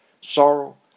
sorrow